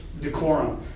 decorum